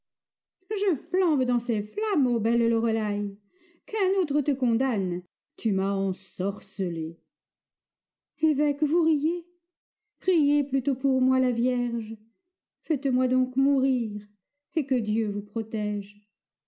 je flambe dans ces flammes ô belle loreley qu'un autre te condamne tu m'as ensorcelé évêque vous riez priez plutôt pour moi la vierge faites-moi donc mourir et que dieu vous protège